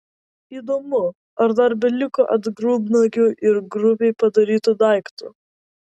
įdomu ar dar beliko atgrubnagių ir grubiai padarytų daiktų